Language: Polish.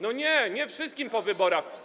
Nie, nie wszystkim po wyborach.